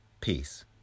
Peace